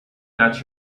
that